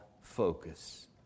focus